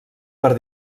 per